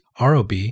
ROB